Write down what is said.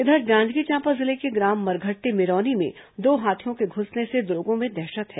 उधर जांजगीर चांपा जिले के ग्राम मरघट्टी मिरौनी में दो हाथियों के घुसने से लोगों में दहशत है